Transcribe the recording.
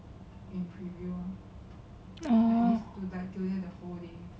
oh